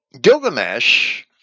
Gilgamesh